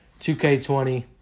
2K20